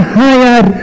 higher